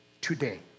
today